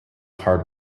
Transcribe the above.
hard